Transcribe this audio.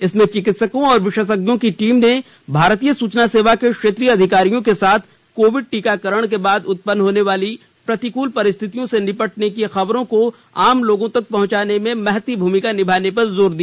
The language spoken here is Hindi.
इसमें चिकित्सकों और विशेषज्ञों की टीम ने भारतीय सूचना सेवा के क्षेत्रीय अधिकारियों के साथ कोविड टीकाकरण के बाद उत्पन्न होनेवाली प्रतिकूल परिस्थितियों से निपटने की खबरों को आम लोगों तक पहुंचाने में महत्ती भूमिका निभाने पर जोर दिया